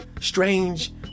strange